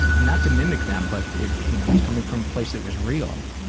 and not to mimic them, but it you know it was coming from a place that was real.